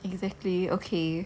exactly okay